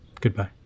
Goodbye